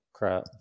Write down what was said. crap